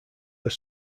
are